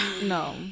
no